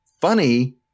funny